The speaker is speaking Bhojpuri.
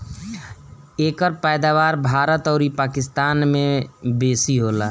एकर पैदावार भारत अउरी पाकिस्तान में बेसी होला